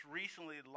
recently